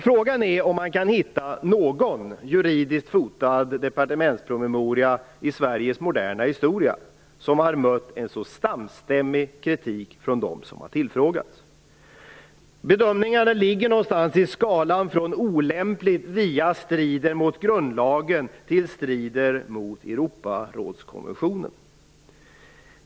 Frågan är om man kan hitta någon juridiskt fotad departementspromemoria i Sveriges moderna historia som mött en så samstämmig kritik från dem som har tillfrågats. Bedömningarna ligger på en skala alltifrån "olämplig" via "strider mot grundlagen" till "strider mot Europarådskonventionen".